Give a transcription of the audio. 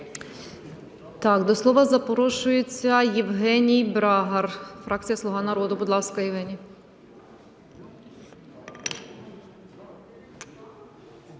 до слова запрошується Євгеній Брагар, фракція "Слуга народу". Будь ласка, Євгеній.